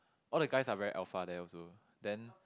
all the guys are very alpha there also then